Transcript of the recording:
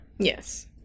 Yes